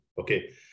okay